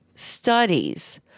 Studies